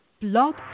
Blog